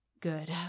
Good